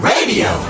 Radio